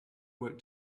work